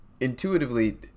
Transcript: intuitively